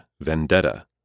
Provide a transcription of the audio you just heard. Vendetta